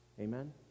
Amen